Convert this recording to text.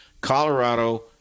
Colorado